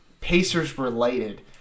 Pacers-related